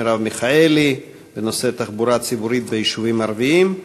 מרב מיכאלי בנושא: תחבורה ציבורית ביישובים ערביים,